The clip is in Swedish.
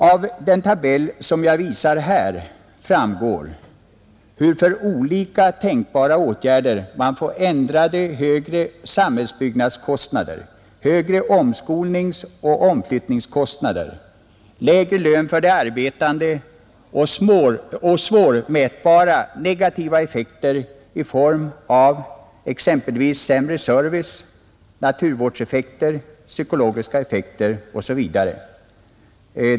Av den tabell som jag nu visar på TV-skärmen framgår hur man för olika tänkbara åtgärder får ändrade och högre samhällsbyggnadskostnader, högre omskolningsoch omflyttningskostnader, lägre lön för de arbetande och svårmätbara negativa effekter i form av exempelvis sämre service, naturvårdseffekter, psykologiska effekter osv.